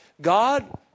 God